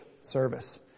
service